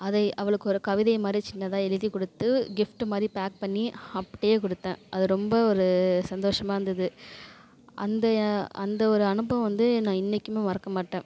அதை அவளுக்கு ஒரு கவிதை மாதிரி சின்னதாக எழுதிக்குடுத்து கிஃப்ட்டு மாதிரி பேக் பண்ணி அப்படியே கொடுத்தேன் அது ரொம்ப ஒரு சந்தோஷமாக இருந்தது அந்த அந்த ஒரு அனுபவம் வந்து நான் இன்றைக்குமே மறக்க மாட்டேன்